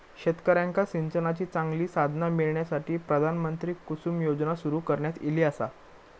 शेतकऱ्यांका सिंचनाची चांगली साधना मिळण्यासाठी, प्रधानमंत्री कुसुम योजना सुरू करण्यात ईली आसा